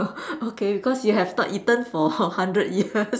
okay because you have not eaten for hundred years